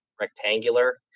rectangular